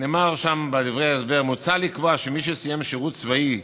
שם בדברי ההסבר: "מוצע לקבוע שמי שסיים שירות צבאי,